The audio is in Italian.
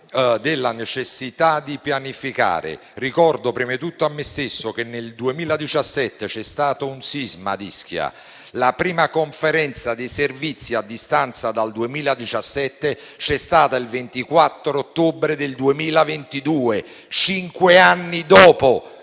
della necessità di pianificare. Ricordo, prima di tutto a me stesso, che nel 2017 c'è stato un sisma ad Ischia. La prima Conferenza dei servizi c'è stata il 24 ottobre del 2022. Cinque anni dopo il